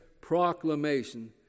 proclamation